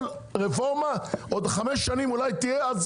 כל רפורמה עוד 5 שנים אולי תהיה,